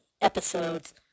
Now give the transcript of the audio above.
episodes